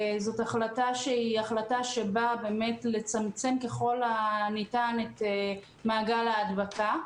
זו החלטה שבאה באמת לצמצם ככל הניתן את מעגל ההדבקה.